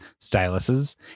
styluses